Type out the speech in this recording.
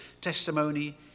testimony